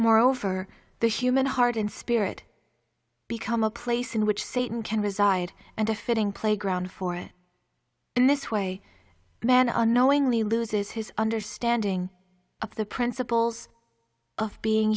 moreover the human heart and spirit become a place in which satan can reside and a fitting playground for in this way man unknowingly loses his understanding of the principles of being